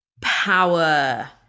Power